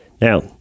Now